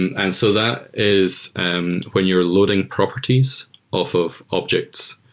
and so that is and when you're loading properties off of objects.